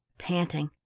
panting.